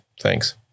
thanks